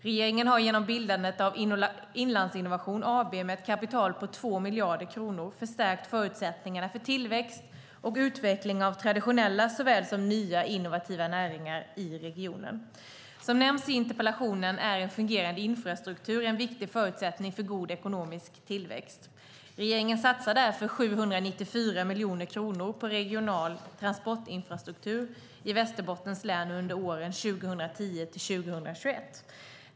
Regeringen har genom bildandet av Inlandsinnovation AB, med ett kapital på 2 miljarder kronor, förstärkt förutsättningarna för tillväxt och utveckling av traditionella såväl som nya innovativa näringar i regionen. Som nämns i interpellationen är en fungerande infrastruktur en viktig förutsättning för god ekonomisk tillväxt. Regeringen satsar därför 794 miljoner kronor på regional transportinfrastruktur i Västerbottens län under åren 2010-2021.